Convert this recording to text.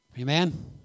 Amen